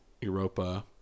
Europa